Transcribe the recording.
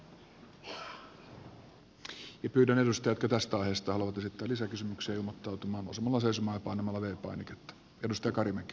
pyydän edustajia jotka tästä aiheesta haluavat esittää lisäkysymyksiä ilmoittautumaan nousemalla seisomaan ja painamalla v painiketta